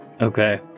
Okay